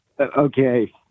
okay